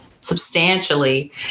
substantially